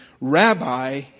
Rabbi